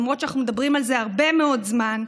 למרות שאנחנו מדברים על זה הרבה מאוד זמן.